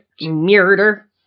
Murder